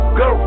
go